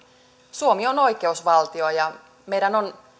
suomi on oikeusvaltio ja meidän on